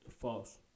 False